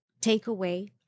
takeaway